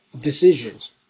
decisions